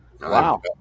Wow